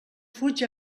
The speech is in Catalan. fuig